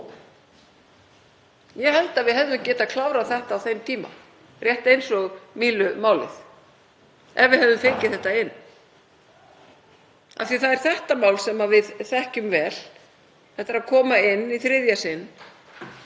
Ég held að við hefðum getað klárað þetta á þeim tíma, rétt eins og Mílumálið, ef við hefðum fengið það inn af því að þetta er mál sem við þekkjum vel. Þetta er að koma inn í þriðja sinn.